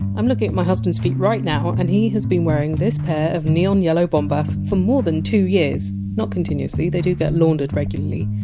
i! m looking at my husband! s feet right now, and he! s been wearing this pair of neon yellow bombas for more than two years not continuously, they do get laundered regularly.